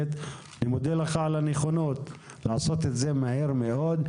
אני גם מודה לך על הנכונות לעשות את זה מהר מאוד,